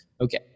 okay